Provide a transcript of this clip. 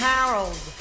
Harold